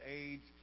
age